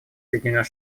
соединенных